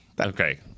Okay